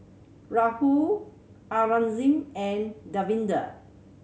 Rahul Aurangzeb and Davinder